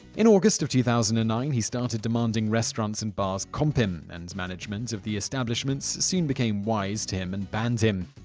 in august of two thousand and nine, he started demanding restaurants and bars comp him, and management of the establishments soon became wise to him and banned him.